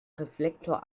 reflektor